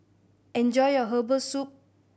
enjoy your herbal soup